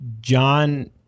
John